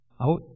Out